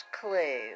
clue